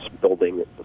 building